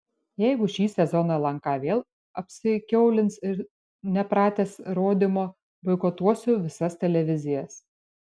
jeigu šį sezoną lnk vėl apsikiaulins ir nepratęs rodymo boikotuosiu visas televizijas